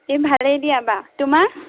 এই ভালে দিয়া বা তোমাৰ